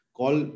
call